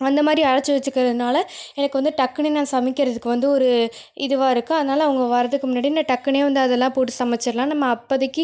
அந்த மாதிரி அரைத்து வச்சுக்கிறதுனால் எனக்கு வந்து டக்குனு நான் சமைக்கிறதுக்கு வந்து ஒரு இதுவாக இருக்கு அதனால் அவங்க வரத்துக்கு முன்னாடி நான் டக்குனு வந்து அதல்லாம் போட்டு சமைச்சிடலாம் நாம் அப்போதைக்கி